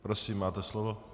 Prosím, máte slovo.